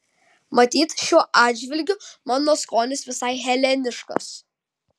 matyt šiuo atžvilgiu mano skonis visai heleniškas